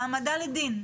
העמדה לדין.